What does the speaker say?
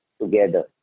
together